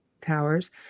towers